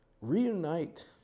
Reunite